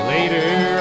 Later